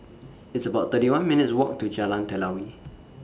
It's about thirty one minutes' Walk to Jalan Telawi